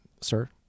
Sir